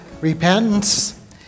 repentance